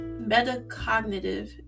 metacognitive